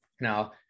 Now